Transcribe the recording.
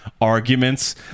arguments